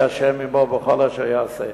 יהיה ה' עמו בכל אשר יעשה.